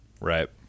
right